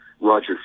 Roger